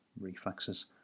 reflexes